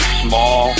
small